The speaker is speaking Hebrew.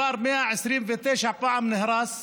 כבר 129 פעם נהרס,